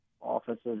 offices